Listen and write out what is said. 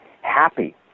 happy